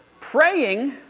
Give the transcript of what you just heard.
praying